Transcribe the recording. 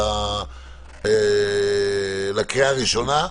לקריאה הראשונה,